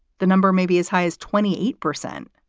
the number may be as high as twenty eight percent.